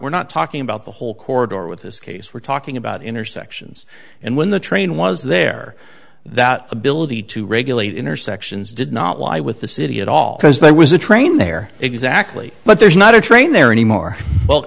we're not talking about the whole corridor with this case we're talking about intersections and when the train was there that ability to regulate intersections did not lie with the city at all because there was a train there exactly but there's not a train there anymore well